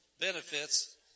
benefits